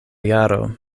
jaro